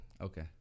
Okay